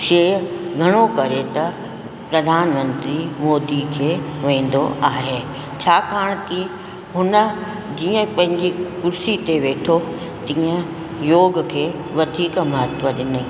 शइ घणो करे त प्रधानमंत्री मोदी खे वेंदो आहे छाकाणि की हुन जीअं पंहिंजी कुर्सी ते वेठो तीअं योग खे वधीक महत्व ॾिनई